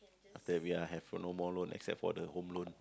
then we are have no more loan except for the home loan